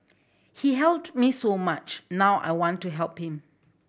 he helped me so much now I want to help him